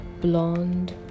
blonde